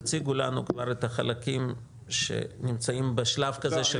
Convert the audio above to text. תציגו לנו את החלקים שנמצאים בשלב כזה של בשלות.